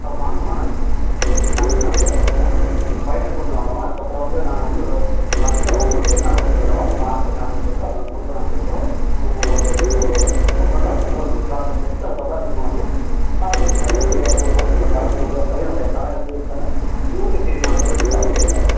வாங்கம்மா நாளைக்கு நாளைக்கு காலையில் வாங்கம்மா பையனை கூட்டுன்னு வாங்கம்மா அதுக்கு அப்புறம் வந்து நாங்கள் வந்து பார்த்துட்டு அவங்களுக்கு என்ன குரூப் வேணும் அவங்க மார்க்கு என்ன குரூப் இருக்கோ அந்த குரூப்பை நாங்கள் கொடுக்குறோம் உங்கள் கூப்பிட்டு வந்து அதுக்கு அப்புறம் வந்து நீங்கள் க்ளாஸில் சேர்த்துட்டு அதுக்கு அப்புறம் நீங்கள் வந்து எல்லோருக்கும் உங்கள் பையனுடைய ஒரு ஒரு சில உங்கள் பையனுடைய தரம் எப்படி இருக்குதுன்னு உங்களுக்கே தெரியும் நாங்கள் சொல்ல வேண்டியது அவசியம் இல்லை